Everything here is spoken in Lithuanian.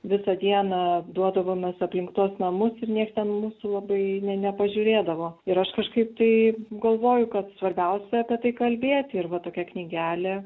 visą dieną duodavomės aplink tuos namus ir niekas ten mūsų labai ne nepažiūrėdavo ir aš kažkaip tai galvoju kad svarbiausia apie tai kalbėti ir va tokia knygelė